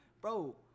bro